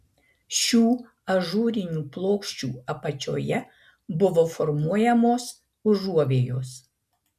šių ažūrinių plokščių apačioje buvo formuojamos užuovėjos